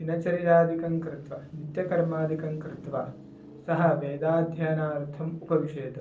दिनचर्यादिकं कृत्वा नित्यकर्मादिकं कृत्वा सः वेदाध्ययनार्थम् उपविशेत्